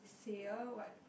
sale what